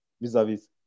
vis-a-vis